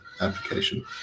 application